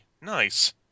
Nice